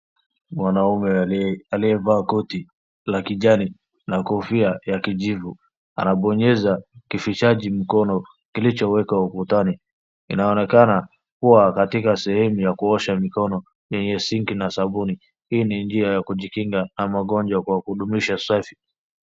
Mwanaume aliyavaa koti la kijani na kofia ya kijivu anabonyeza kibishaji mkono kilichowekwa ukutani. Inaonekana kuwa katika sehemu ya kuosha mikono yenye sinki na sabuni. Hii ni njia ya kujikinga na magonjwa kwa kudumisha usafi.